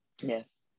Yes